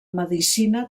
medicina